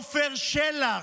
עפר שלח?